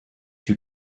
you